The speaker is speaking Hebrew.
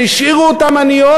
שהשאירו אותן עניות,